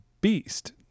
beast